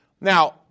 Now